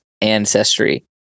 Ancestry